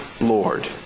Lord